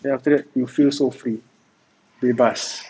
then after that you feel so free bebas